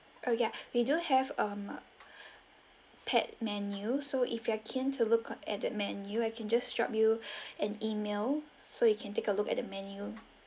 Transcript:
oh ya we do have um pet menu so if you are keen to look at that menu I can just drop you an email so you can take a look at the menu